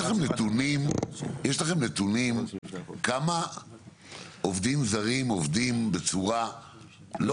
יש לכם נתונים כמה עובדים זרים עובדים בצורה לא